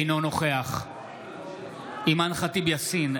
אינו נוכח אימאן ח'טיב יאסין,